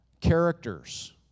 characters